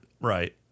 Right